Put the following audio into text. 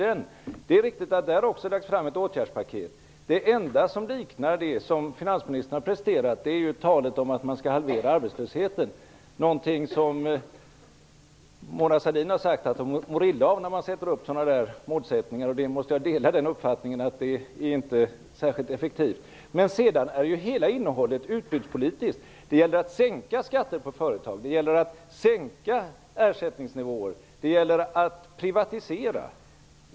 Det är riktigt att man också där har lagt fram ett åtgärdspaket, men det enda där som liknar det finansministern har presterat är ju talet om att man skall halvera arbetslösheten. Mona Sahlin har sagt att hon mår illa när man ställer upp sådana målsättningar, och jag måste dela den uppfattningen. Det är inte särskilt effektivt. I övrigt är hela innehållet utbytt politiskt. Det gäller att sänka skatter på företag. Det gäller att sänka ersättningsnivåer. Det gäller att privatisera.